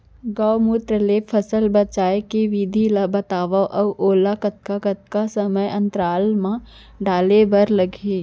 गौमूत्र ले फसल बचाए के विधि ला बतावव अऊ ओला कतका कतका समय अंतराल मा डाले बर लागही?